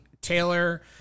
Taylor